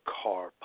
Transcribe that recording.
car